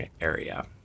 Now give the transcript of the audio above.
area